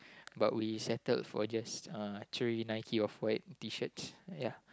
but we settled for just uh three Nike off-white T-shirts ya